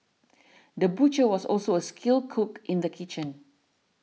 the butcher was also a skilled cook in the kitchen